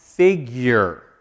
figure